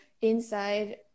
inside